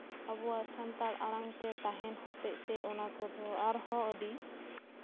ᱟᱵᱚᱣᱟᱜ ᱥᱟᱱᱛᱟᱲ ᱟᱲᱟᱝ ᱛᱟᱦᱮᱱ ᱦᱚᱛᱮᱜᱛᱮ ᱚᱱᱟ ᱠᱚᱫᱚ ᱟᱨᱦᱚᱸ ᱟᱹᱰᱤ